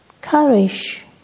courage